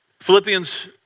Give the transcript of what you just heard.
Philippians